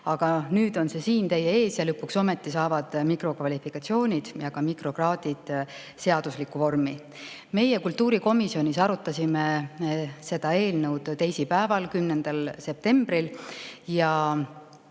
Aga nüüd on see siin teie ees ja lõpuks ometi saavad mikrokvalifikatsioonid ja ka mikrokraadid seadusliku vormi. Kultuurikomisjonis arutasime me seda eelnõu teisipäeval, 10. septembril.